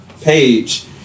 page